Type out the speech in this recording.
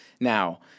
Now